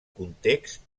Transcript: context